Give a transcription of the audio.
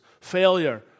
failure